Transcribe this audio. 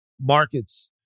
markets